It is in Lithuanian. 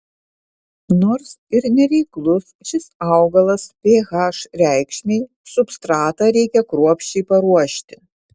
nors ir nereiklus šis augalas ph reikšmei substratą reikia kruopščiai paruošti